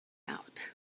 out